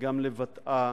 וגם לבטאה,